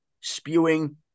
spewing